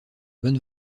bonne